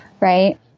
Right